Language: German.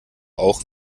auch